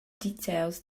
details